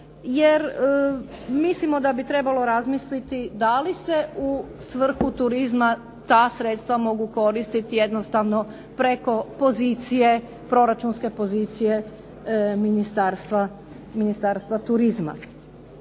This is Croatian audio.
Jer mislimo da bi trebalo razmisliti da li se u svrhu turizma ta sredstva mogu koristiti jednostavno preko pozicije, proračunske pozicije Ministarstva turizma.